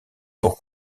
pour